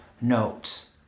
notes